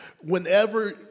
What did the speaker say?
whenever